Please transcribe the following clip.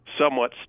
somewhat